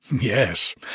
Yes